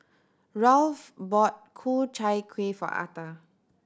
Rolf bought Ku Chai Kueh for Atha